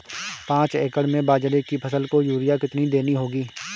पांच एकड़ में बाजरे की फसल को यूरिया कितनी देनी होगी?